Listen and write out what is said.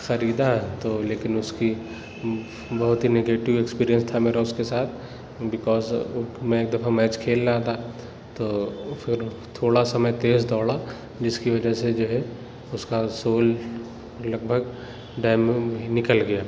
خریدا تو لیکن اُس کی بہت ہی نیگیٹو ایکسپیریئنس تھا میرا اُس کے ساتھ بکاز میں ایک دفعہ میچ کھیل رہا تھا تو پھر تھوڑا سا میں تیز دوڑا جس کی وجہ سے جو ہے اُس کا سول لگ بھگ ڈیم نکل گیا